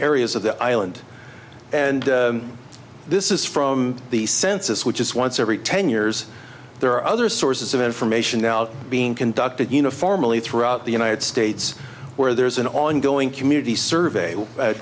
reas of the island and this is from the census which is once every ten years there are other sources of information out being conducted uniformally throughout the united states where there's an ongoing community survey